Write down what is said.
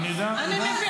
להתעלם -- כן.